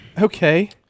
Okay